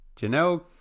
Janelle